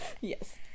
Yes